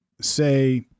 say